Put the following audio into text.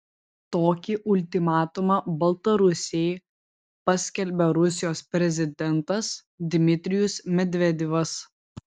tokį ultimatumą baltarusijai paskelbė rusijos prezidentas dmitrijus medvedevas